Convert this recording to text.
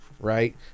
Right